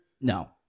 No